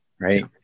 right